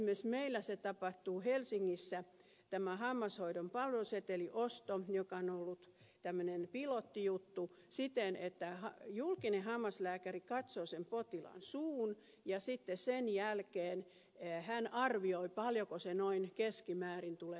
esimerkiksi meillä tapahtuu helsingissä tämä hammashoidon palveluseteliosto joka on ollut tämmöinen pilottijuttu siten että julkinen hammaslääkäri katsoo sen potilaan suun ja sitten sen jälkeen hän arvioi paljonko se noin keskimäärin tulee maksamaan